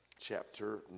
chapter